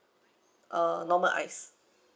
uh normal ice